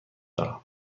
دارم